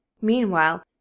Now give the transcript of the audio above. Meanwhile